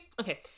Okay